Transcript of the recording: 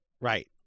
Right